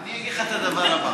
אני אגיד לך את הדבר הבא: